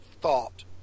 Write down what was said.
thought